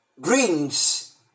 greens